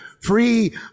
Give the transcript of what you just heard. free